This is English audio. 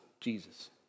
Jesus